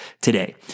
today